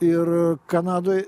ir kanadoj